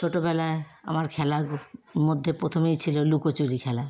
ছোটোবেলায় আমার খেলার মধ্যে প্রথমেই ছিলো লুকোচুরি খেলা